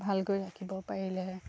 ভালকৈ ৰাখিব পাৰিলেহে